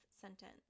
sentence